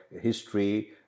history